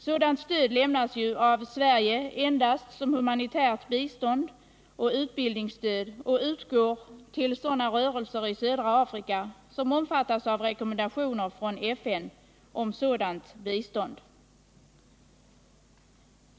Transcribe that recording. Sådant stöd lämnas av Sverige endast som humanitärt bistånd och utbildningsstöd och utgår till sådana rörelser i södra Afrika som 30 omfattas av rekommendationer från FN om sådant bistånd.